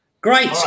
Great